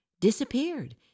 disappeared